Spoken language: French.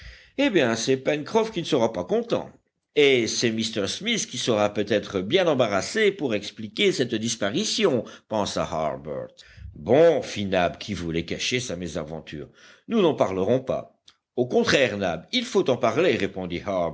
eh bien c'est pencroff qui ne sera pas content et c'est m smith qui sera peut-être bien embarrassé pour expliquer cette disparition pensa harbert bon fit nab qui voulait cacher sa mésaventure nous n'en parlerons pas au contraire nab il faut en parler répondit